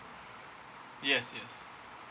yes yes